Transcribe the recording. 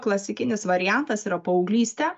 klasikinis variantas yra paauglystė